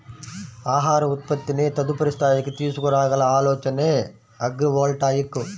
ఆహార ఉత్పత్తిని తదుపరి స్థాయికి తీసుకురాగల ఆలోచనే అగ్రివోల్టాయిక్